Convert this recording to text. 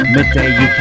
Midday